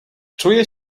czuję